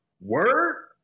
Word